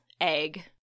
egg